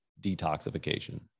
detoxification